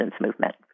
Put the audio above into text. movement